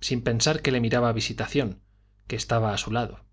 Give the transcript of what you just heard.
sin pensar que le miraba visitación que estaba a su lado